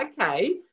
okay